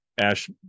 ash